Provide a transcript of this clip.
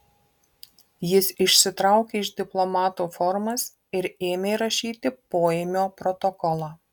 jis išsitraukė iš diplomato formas ir ėmė rašyti poėmio protokolą